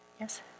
Yes